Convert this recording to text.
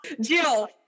Jill